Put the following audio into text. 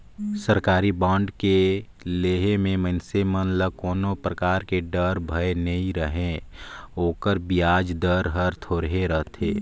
सरकारी बांड के लेहे मे मइनसे मन ल कोनो परकार डर, भय नइ रहें ओकर बियाज दर हर थोरहे रथे